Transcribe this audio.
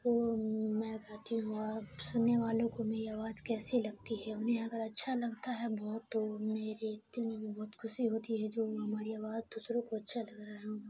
وہ میں گاتی ہوں اور اب سننے والوں کو میری آواز کیسی لگتی ہے انہیں اگر اچھا لگتا ہے بہت تو میرے دل میں بھی بہت خوشی ہوتی ہے جو ہماری آواز دوسروں کو اچھا لگ رہا ہے